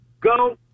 go